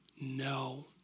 no